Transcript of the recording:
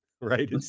Right